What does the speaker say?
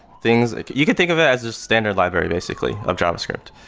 things you can think of it as a standard library basically of javascript.